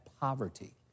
poverty